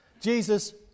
Jesus